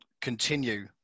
continue